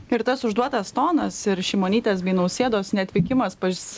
ir tas užduotas tonas ir šimonytės bei nausėdos neatvykimas pas